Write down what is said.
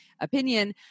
opinion